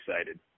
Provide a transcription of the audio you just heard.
excited